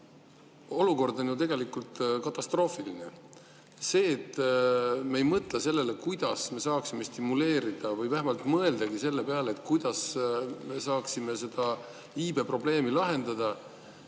Olukord on ju tegelikult katastroofiline. Sellepärast, et me ei mõtle sellele, kuidas me saaksime stimuleerida [sünde] või vähemalt mõeldagi selle peale, kuidas me saaksime iibeprobleemi lahendada,